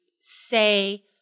say